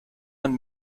man